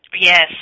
Yes